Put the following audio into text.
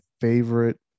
favorite